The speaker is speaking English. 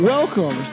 Welcome